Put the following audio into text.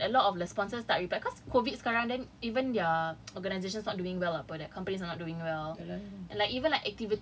apa delays and everything a lot of the sponsorships tak reply cause COVID sekarang then even their organisations not doing well apa the companies not doing well